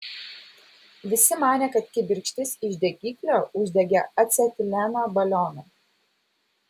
visi manė kad kibirkštis iš degiklio uždegė acetileno balioną